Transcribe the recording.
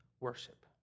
worship